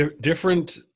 different